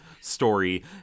story